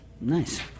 nice